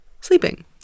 sleeping